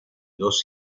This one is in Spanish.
dos